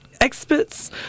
experts